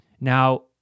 Now